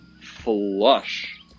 flush